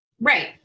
Right